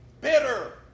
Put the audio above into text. bitter